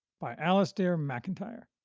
by alasdair macintyre.